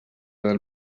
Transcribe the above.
del